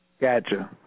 Gotcha